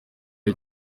aho